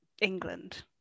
England